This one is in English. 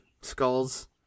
skulls